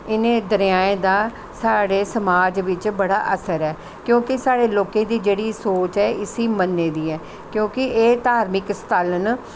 इ'नें दरियाएं दा साढ़े समाज बिच्च बड़ा असर ऐ क्योंकि साढ़े लोकें दी जेह्ड़ी सोच ऐ इसी मन्नने दी ऐ क्योंकि एह् धार्मक स्थल न